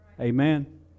Amen